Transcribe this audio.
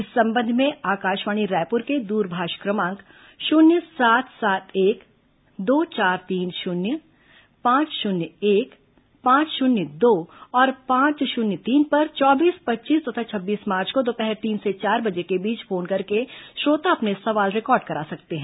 इस संबंध में आकाशवाणी रायपुर के द्रभाष क्रमांक शून्य सात सात एक दो चार तीन शून्य पांच शून्य एक पांच शून्य दो और पांच शून्य तीन पर चौबीस पच्चीस तथा छब्बीस मार्च को दोपहर तीन से चार बजे के बीच फोन करके श्रोता अपने सवाल रिकॉर्ड करा सकते हैं